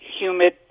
humid